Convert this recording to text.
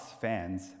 fans